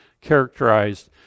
characterized